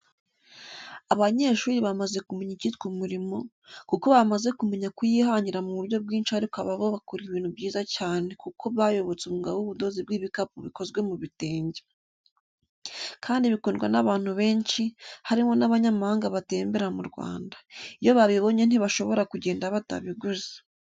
Abanyarwanda bamaze kumenya icyitwa umurimo, kuko bamaze kumenya kuyihangira mu buryo bwinshi ariko aba bo bakora ibintu byiza cyane kuko bayobotse umwuga w'ubudozi bw'ibikapu bikozwe mu bitenge. Kandi bikundwa n'abantu benshi, harimo n'abanyamahanga batembera mu Rwanda. Iyo babibonye ntibashobora kugenda batabiguze.